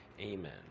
Amen